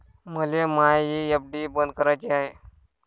मले मायी एफ.डी बंद कराची हाय